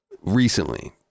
recently